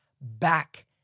back